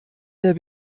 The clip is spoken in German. der